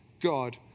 God